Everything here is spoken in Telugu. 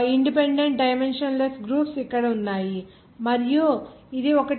in dependent dimensionless groups ఇక్కడ ఉన్నాయి మరియు ఇది ఒకటి